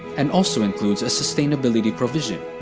and also includes a sustainability provision.